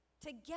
together